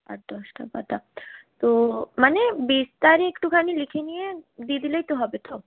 আট দশটা পাতা তো মানে বিস্তারে একটুখানি লিখে নিয়ে দিয়ে দিলেই তো হবে তো